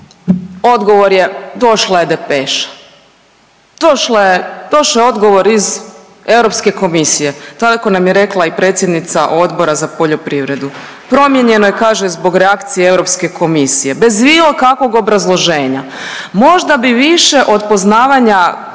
Odgovor došla je depeša. Došla je došao je odgovor iz Europske komisije, tako nam je rekla i predsjednica Odbora za poljoprivredu. Promijenjeno je kaže zbog reakcije Europske komisije, bez bilo kakvog obrazloženja. Možda bi više od poznavanja